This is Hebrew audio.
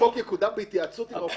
החוק יקודם בהתייעצות עם האופוזיציה...